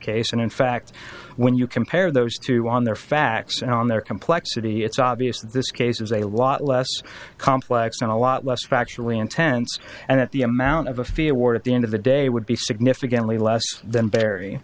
case and in fact when you compare those two on their facts and on their complexity it's obvious that this case is a lot less complex and a lot less factually intense and at the amount of a fear ward at the end of the day would be significantly less than barry